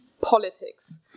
politics